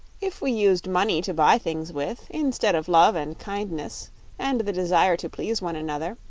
if we used money to buy things with, instead of love and kindness and the desire to please one another,